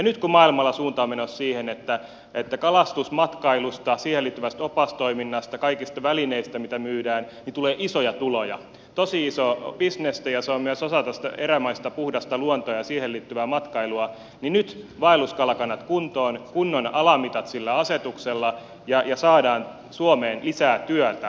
nyt kun maailmalla suunta on menossa siihen että kalastusmatkailusta siihen liittyvästä opastoiminnasta kaikista välineistä mitä myydään tulee isoja tuloja tosi isoa bisnestä ja se on myös osa tätä erämaista puhdasta luontoa ja siihen liittyvää matkailua niin nyt vaelluskalakannat kuntoon kunnon alamitat sillä asetuksella ja saadaan suomeen lisää työtä